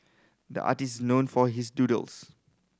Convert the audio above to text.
the artist known for his doodles